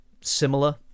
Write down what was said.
similar